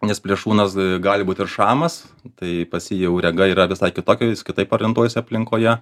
nes plėšrūnas gali būt ir šamas tai pas jį jau rega yra visai kitokia jis kitaip orientuojas aplinkoje